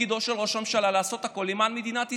תפקידו של ראש הממשלה לעשות הכול למען מדינת ישראל,